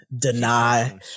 Deny